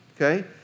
Okay